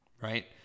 right